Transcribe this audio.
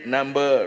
Number